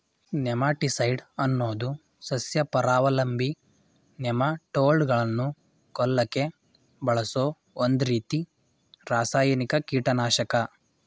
nematicide ಅನ್ನೋದು ಸಸ್ಯಪರಾವಲಂಬಿ ನೆಮಟೋಡ್ಗಳನ್ನ ಕೊಲ್ಲಕೆ ಬಳಸೋ ಒಂದ್ರೀತಿ ರಾಸಾಯನಿಕ ಕೀಟನಾಶಕ